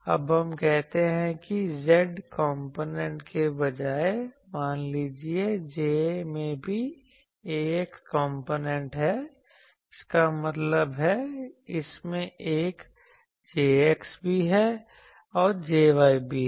अब हम कहते हैं कि z कॉम्पोनेंट के बजाय मान लीजिए J में भी aX कॉम्पोनेंट है इसका मतलब है इसमें एक JX भी है और एक JY भी है